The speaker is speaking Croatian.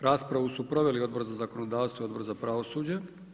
Raspravu su proveli Odbor za zakonodavstvo i Odbor za pravosuđe.